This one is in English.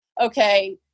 okay